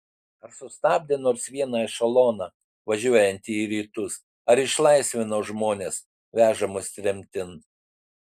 ar sustabdė nors vieną ešeloną važiuojantį į rytus ar išlaisvino žmones vežamus tremtin